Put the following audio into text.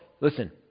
listen